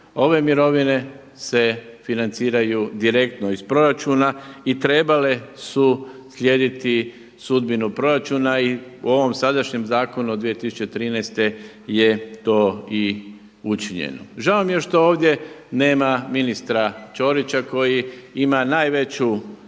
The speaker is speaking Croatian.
Ove mirovine se financiraju direktno iz proračuna i trebale su slijediti sudbinu proračuna i u ovom sadašnjem zakonu iz 2013. je to i učinjeno. Žao mi je što ovdje nema ministra Ćorića koji ima najveću